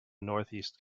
northeast